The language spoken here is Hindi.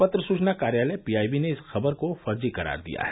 पत्र सूचना कार्यालय पीआईबी ने इस खबर को फर्जी करार दिया है